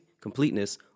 completeness